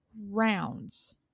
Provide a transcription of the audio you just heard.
rounds